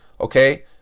Okay